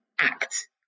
act